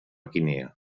guinea